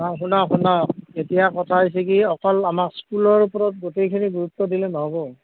অঁ শুনক শুনক এতিয়া কথা হৈছে কি অকল আমাক স্কুলৰ ওপৰত গোটেইখিনি গুৰুত্ব দিলে নহ'ব